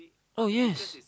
oh yes